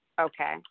Okay